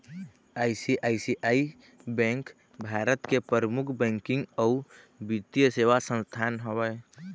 ICICI bank भारत के परमुख बैकिंग अउ बित्तीय सेवा संस्थान हवय